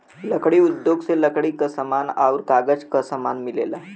लकड़ी उद्योग से लकड़ी क समान आउर कागज क समान मिलेला